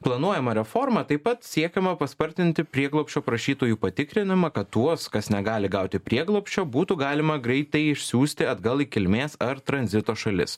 planuojama reforma taip pat siekiama paspartinti prieglobsčio prašytojų patikrinimą kad tuos kas negali gauti prieglobsčio būtų galima greitai išsiųsti atgal į kilmės ar tranzito šalis